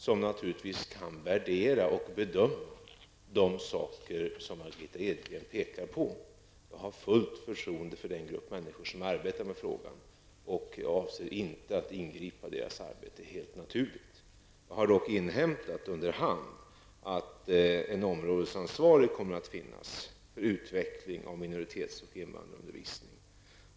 De kan naturligtvis värdera och bedöma de saker som Margitta Edgren pekar på. Jag har fullt förtroende för den grupp människor som arbetar med frågan och avser helt naturligt inte att ingripa i deras arbete. Jag har dock under hand inhämtat att en områdesansvarig för utveckling av minoritets och invandrarundervisningen kommer att finnas.